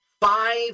five